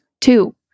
Two